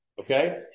okay